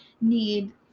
need